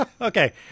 okay